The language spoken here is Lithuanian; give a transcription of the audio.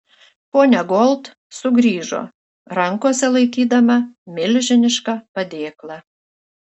ponia gold sugrįžo rankose laikydama milžinišką padėklą